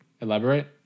Elaborate